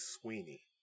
Sweeney